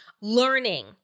learning